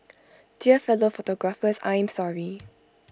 dear fellow photographers I am sorry